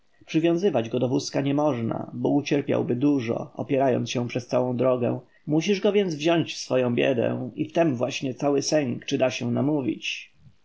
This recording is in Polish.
przywiązywać go do wózka nie można bo ucierpiałby dużo opierając się przez całą drogę musisz go więc wziąć w swoją biedę i w tem właśnie sęk czy się da namówić